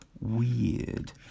weird